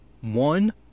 one